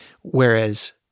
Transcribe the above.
Whereas